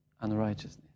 unrighteousness